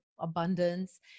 abundance